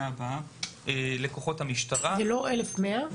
הבאה לכוחות המשטרה --- זה לא 1,200?